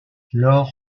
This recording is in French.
lors